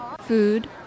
food